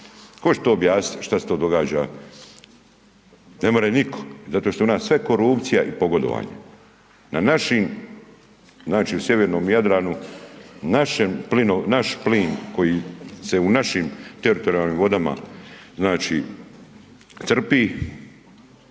će to objasnit što se to događa? Ne more nitko. Zato što je u nas sve korupcija i pogodovanje. Na našim, znači u sjevernom Jadranu naš plin koji se u našim teritorijalnim vodama znači crpi